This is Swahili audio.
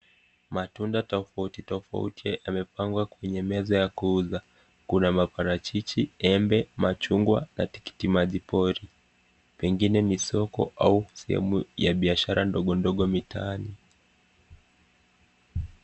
Matunda tofauti tofauti yamepangwa kwenye meza ya kuuza. Kuna maparachichi, embe, machungwa na kitimajipori pengine ni soko au sehemu ya biashara ndogo ndogo mitaani.